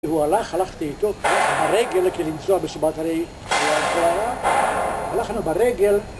והוא הלך, הלכתי איתו, הוא הלך ברגל כי לנסוע בשבת הרי אי אפשר, הלכנו ברגל